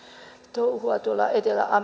touhua tuolla etelä